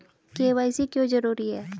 KYC क्यों जरूरी है?